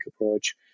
approach